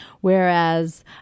Whereas